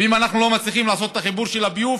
ואם אנחנו לא מצליחים לעשות את החיבור של הביוב,